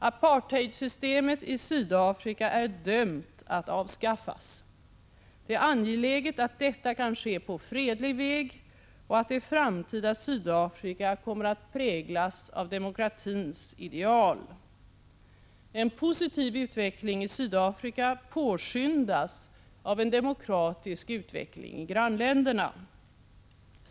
Apartheidsystemet i Sydafrika är dömt att avskaffas. Det är angeläget att detta kan ske på fredlig väg och att det framtida Sydafrika kommer att präglas av demokratins ideal. En positiv utveckling i Sydafrika påskyndas av en demokratisk utveckling i grannländerna.